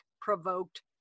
provoked